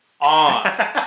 on